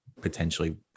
potentially